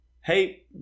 hey